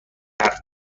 حرفی